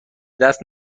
دست